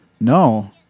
No